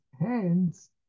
hands